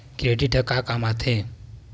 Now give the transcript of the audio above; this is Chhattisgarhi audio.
क्रेडिट ह का काम आथे?